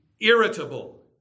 irritable